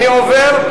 אני מצביע,